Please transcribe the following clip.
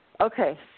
Okay